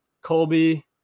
Colby